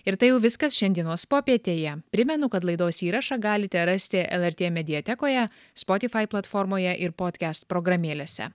ir tai jau viskas šiandienos popietėje primenu kad laidos įrašą galite rasti lrt mediatekoje spotifai platformoje ir podkest programėlėse